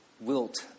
wilt